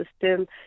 system